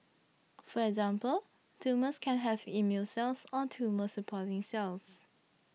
for example tumours can have immune cells or tumour supporting cells